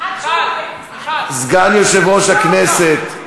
סגן יושב-ראש הכנסת.